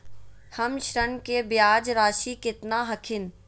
हमर ऋण के ब्याज रासी केतना हखिन?